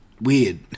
weird